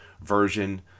version